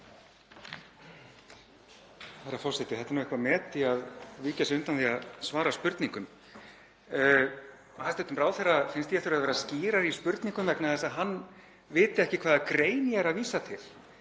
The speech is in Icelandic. Þetta er eitthvert met í að víkja sér undan því að svara spurningum. Hæstv. ráðherra finnst ég þurfa að vera skýrari í spurningum vegna þess að hann viti ekki hvaða greinar ég er að vísa til.